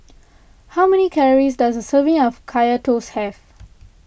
how many calories does a serving of Kaya Toast have